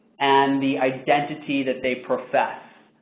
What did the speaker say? and the identity that they profess.